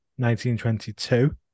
1922